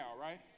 right